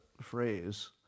phrase